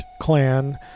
clan